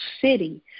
city